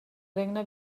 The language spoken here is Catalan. regne